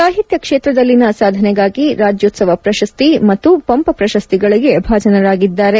ಸಾಹಿತ್ಯ ಕ್ಷೇತ್ರದಲ್ಲಿನ ಸಾಧನೆಗಾಗಿ ರಾಜ್ಯೋತ್ಸವ ಪ್ರಶಸ್ತಿ ಮತ್ತು ಪಂಪ ಪ್ರಶಸ್ತಿಗಳಿಗೆ ಭಾಜನರಾಗಿದ್ದಾರೆ